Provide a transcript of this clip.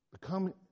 become